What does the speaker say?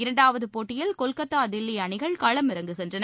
இரண்டாவது போட்டியில் கொல்கத்தா தில்லி அணிகள் களமிறங்குகின்றன